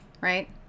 right